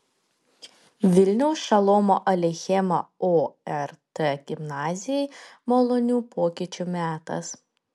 vilniaus šolomo aleichemo ort gimnazijai malonių pokyčių metas